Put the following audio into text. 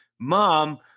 mom